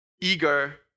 eager